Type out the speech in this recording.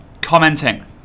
commenting